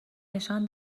نشان